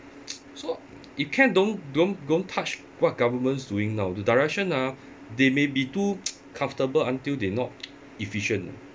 so if can don't don't don't touch what governments doing now the direction ah they may be too comfortable until they not efficient